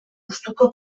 gustuko